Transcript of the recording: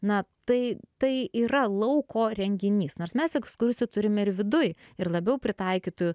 na tai tai yra lauko renginys nors mes ekskursijų turim ir viduj ir labiau pritaikytų